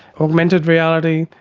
augmented reality,